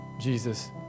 Jesus